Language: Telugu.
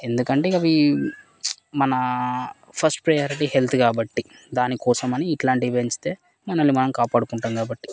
ఎందుకంటే అవి మన ఫస్ట్ ప్రయారిటీ హెల్త్ కాబట్టి దానికోసం అని ఇట్లాంటి పెంచితే మనల్ని మనం కాపాడుకుంటాం కాబట్టి